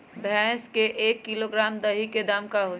भैस के एक किलोग्राम दही के दाम का होई?